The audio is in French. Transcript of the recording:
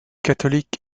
catholique